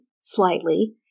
slightly